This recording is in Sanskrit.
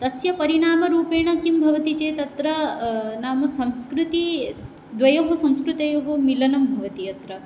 तस्य परिणामरूपेण किं भवति चेत् अत्र नाम संस्कृतिद्वयोः संस्कृत्योः मेलनं भवति अत्र